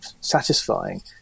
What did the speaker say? satisfying